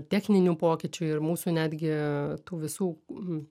techninių pokyčių ir mūsų netgi tų visų